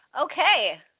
Okay